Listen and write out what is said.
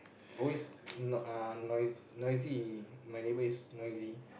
always noi~ uh noise noisy my neighbor is noisy